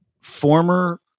former